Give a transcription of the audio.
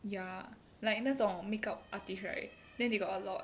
ya like 那种 make up artist right then they got a lot